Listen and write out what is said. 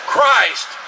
Christ